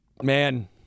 Man